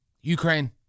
Ukraine